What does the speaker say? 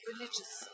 Religious